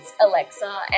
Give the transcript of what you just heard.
Alexa